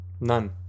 None